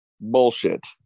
Bullshit